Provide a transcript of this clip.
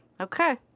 Okay